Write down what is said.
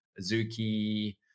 Azuki